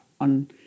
on